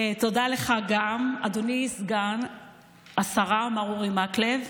תודה גם לך, אדוני סגן השרה מר אורי מקלב.